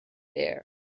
there